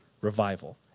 revival